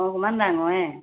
অঁ অকণমান ডাঙৰহে